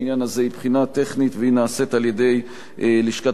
נעשית על-ידי לשכת היועץ המשפטי של הכנסת.